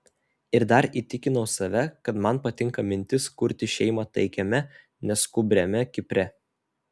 ir dar įtikinau save kad man patinka mintis kurti šeimą taikiame neskubriame kipre